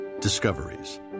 Discoveries